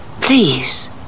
Please